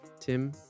Tim